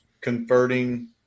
converting –